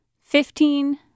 Fifteen